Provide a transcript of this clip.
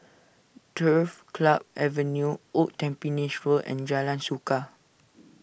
Turf Club Avenue Old Tampines Road and Jalan Suka